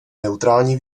neutrální